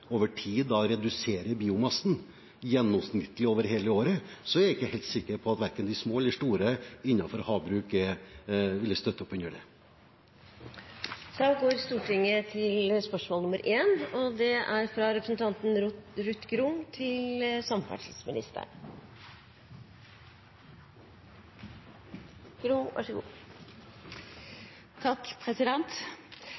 over tid reduserer biomassen gjennomsnittlig over hele året, så er jeg ikke helt sikker på at verken de små eller store innenfor havbruket vil støtte opp under det. Da går vi til spørsmål 1. «Sotrasambandet skaper mest kø i Bergen. På to år har kostnadene for nytt samband økt med 2,5 mrd. kroner. Det er